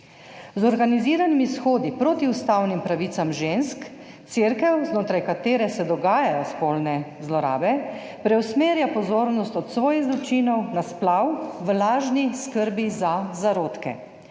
Z organiziranimi shodi proti ustavnim pravicam žensk, cerkev, znotraj katere se dogajajo spolne zlorabe, preusmerja pozornost od svojih zločinov na splav v lažni skrbi za zarodke.